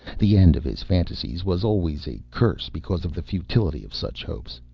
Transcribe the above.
the end of his fantasies was always a curse because of the futility of such hopes.